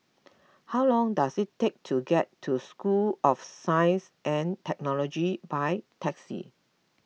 how long does it take to get to School of Science and Technology by taxi